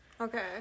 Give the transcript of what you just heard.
Okay